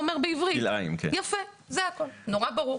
מאוד ברור.